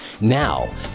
Now